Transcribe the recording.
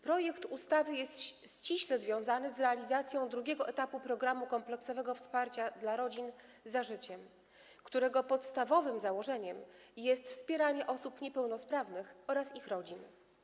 Projekt ustawy jest ściśle związany z realizacją drugiego etapu programu kompleksowego wsparcia dla rodzin „Za życiem”, którego podstawowym założeniem jest wspieranie osób niepełnosprawnych oraz ich rodzin.